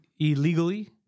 Illegally